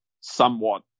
somewhat